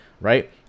right